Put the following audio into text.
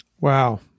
Wow